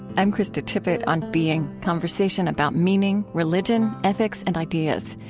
i'm krista tippett, on being conversation about meaning, religion, ethics, and ideas.